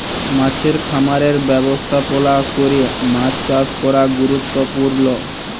মাছের খামারের ব্যবস্থাপলা ক্যরে মাছ চাষ ক্যরা গুরুত্তপুর্ল